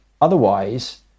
otherwise